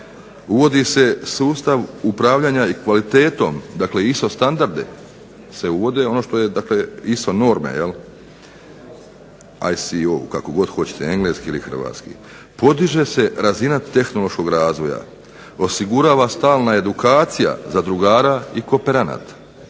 uvodi se sustav upravljanja kvalitetom, dakle ISO standardi se uvode, ISO norme, kako god hoćete engleski ili hrvatski. Podiže se razina tehnološkog razvoja, osigurava stalna edukacija zadrugara i kooperanata,